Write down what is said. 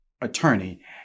attorney